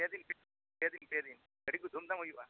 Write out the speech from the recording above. ᱯᱮᱫᱤᱱ ᱯᱮᱫᱤᱱ ᱯᱮᱫᱤᱱ ᱟᱹᱰᱤ ᱫᱷᱩᱢ ᱫᱷᱟᱢ ᱦᱩᱭᱩᱜᱼᱟ